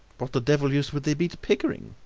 what the devil use would they be to pickering?